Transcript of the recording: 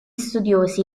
studiosi